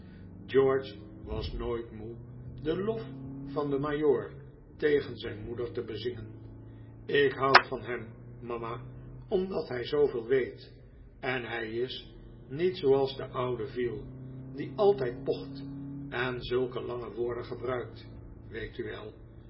george was nooit moe den lof van den majoor tegen zijn moeder te bezingen ik houd van hem mama omdat hij zooveel weet en hij is niet zooals de oude veal die altijd pocht en zulke lange woorden gebruikt weet u wel